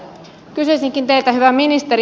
kysyisinkin teiltä hyvä ministeri